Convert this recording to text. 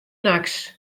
nachts